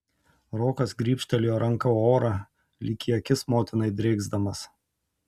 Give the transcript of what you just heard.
rokas grybštelėjo ranka orą lyg į akis motinai drėksdamas